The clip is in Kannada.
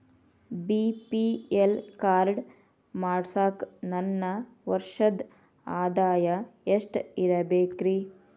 ಬಿ.ಪಿ.ಎಲ್ ಕಾರ್ಡ್ ಮಾಡ್ಸಾಕ ನನ್ನ ವರ್ಷದ್ ಆದಾಯ ಎಷ್ಟ ಇರಬೇಕ್ರಿ?